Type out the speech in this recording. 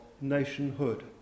nationhood